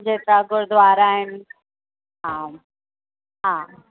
जेतिरा गुरुद्वारा आहिनि हा हा